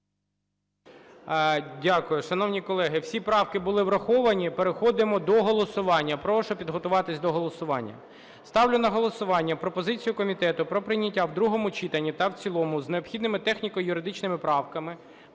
Дякую. Шановні колеги, всі правки були враховані. Переходимо до голосування, прошу підготуватися до голосування. Ставлю на головування пропозицію комітету про прийняття в другому читанні та в цілому з необхідними техніко-юридичними правками